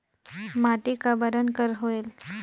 माटी का बरन कर होयल?